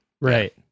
Right